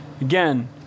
Again